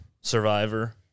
survivor